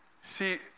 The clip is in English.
see